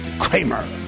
kramer